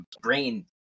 brain